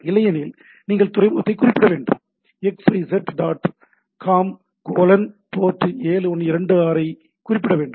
இல்லையெனில் நீங்கள் துறைமுகத்தை குறிப்பிட வேண்டும் xyz dot com colon port 7126 ஐக் குறிப்பிட வேண்டும்